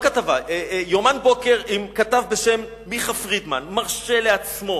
יומן בוקר עם כתב בשם מיכה פרידמן מרשה לעצמו